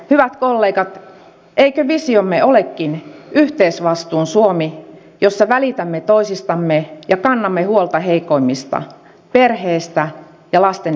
hyvät kollegat eikö visiomme olekin yhteisvastuun suomi jossa välitämme toisistamme ja kannamme huolta heikommista perheistä ja lasten hyvinvoinnista